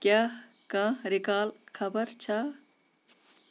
کیٛاہ کانٛہہ رِکال خبَر چھَا